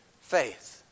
faith